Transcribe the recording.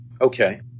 Okay